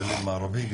גליל מערבי,